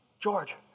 George